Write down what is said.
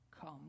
come